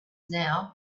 now